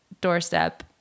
doorstep